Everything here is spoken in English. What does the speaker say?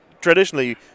traditionally